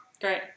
Great